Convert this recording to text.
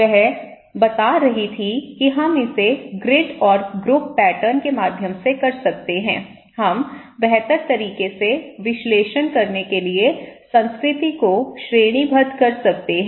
वह बता रही थी कि हम इसे ग्रिड और ग्रुप पैटर्न के माध्यम से कर सकते हैं हम बेहतर तरीके से विश्लेषण करने के लिए संस्कृति को श्रेणीबद्ध कर सकते हैं